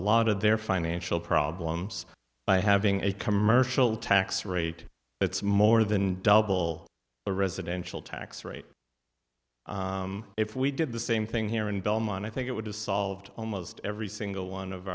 lot of their financial problems by having a commercial tax rate it's more than double the residential tax rate if we did the same thing here in belmont i think it would have solved almost every single one of